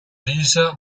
lisa